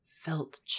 felt